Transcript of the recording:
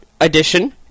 Edition